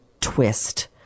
twist